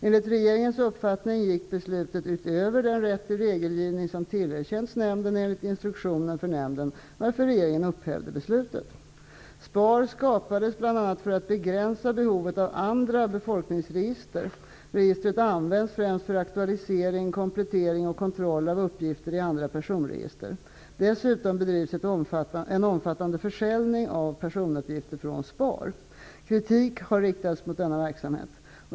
Enligt regeringens uppfattning gick beslutet utöver den rätt till regelgivning som tillerkänts nämnden enligt instruktionen för nämnden, varför regeringen upphävde beslutet. SPAR skapades bl.a. för att begränsa behovet av andra befolkningsregister. Registret används främst för aktualisering, komplettering och kontroll av uppgifter i andra personregister. Dessutom bedrivs en omfattande försäljning av personuppgifter från SPAR. Kritik har riktats mot denna verksamhet.